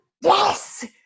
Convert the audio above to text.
Yes